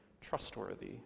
trustworthy